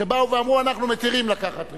שבאו ואמרו: אנחנו מתירים לקחת ריבית.